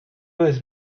was